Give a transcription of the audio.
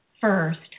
first